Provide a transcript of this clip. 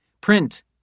Print